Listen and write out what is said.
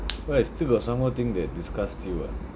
wait I still got some more thing that disgusts you [what]